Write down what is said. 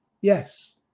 Yes